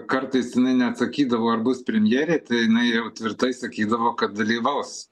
kartais jinai neatsakydavo ar bus premjerė tai jinai jau tvirtai sakydavo kad dalyvaus